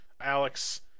Alex